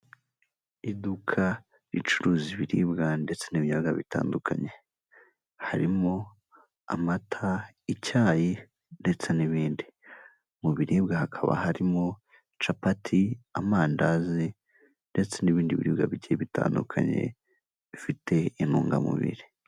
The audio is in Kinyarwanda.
Iduka ricuruza ibiribwa ndetse n'ibinyobwa bitandukanye, harimo amata, icyayi ndetse n'ibindi mu biribwa, hakaba harimo capati, amandazi ndetse n'ibindi biribwa bigiye bitandukanye bifite intungamubiri.